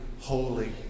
holy